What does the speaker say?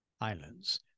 islands